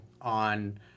on